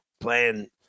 playing –